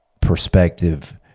perspective